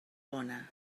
bona